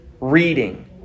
reading